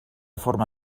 forma